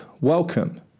Welcome